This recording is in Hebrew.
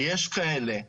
ויש כאלה עדין.